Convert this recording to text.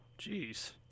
Jeez